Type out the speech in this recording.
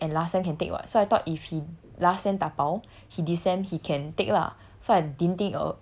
cause like okay this time can take and last time can take [what] so I thought if he last sem dabao he this sem he can take lah